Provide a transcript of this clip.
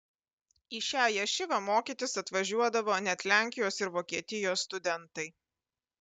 į šią ješivą mokytis atvažiuodavo net lenkijos ir vokietijos studentai